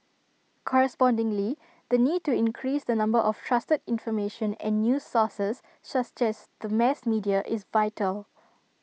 correspondingly the need to increase the number of trusted information and news sources such as the mass media is vital